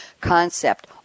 concept